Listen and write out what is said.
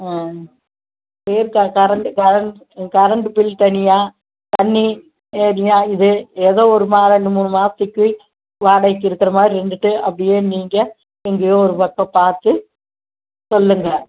ம் சரி க கரண்டு கரண்ட் கரண்டு பில் தனியாக தண்ணி ஏதோ ஒரு மா ரெண்டு மூணு மாதத்துக்கு வாடகைக்கு இருக்கிற மாதிரி இருந்துட்டு அப்படியே நீங்கள் எங்கேயோ ஒரு பக்கம் பார்த்து சொல்லுங்கள்